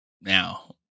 Now